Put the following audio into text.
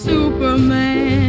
Superman